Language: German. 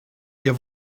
ihr